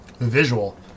visual